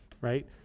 right